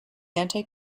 anti